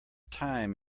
time